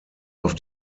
auf